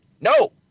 No